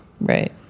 Right